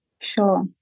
Sure